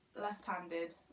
left-handed